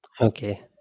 Okay